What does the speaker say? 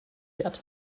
yet